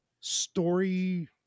story